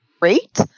great